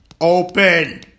Open